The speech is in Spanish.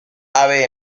ave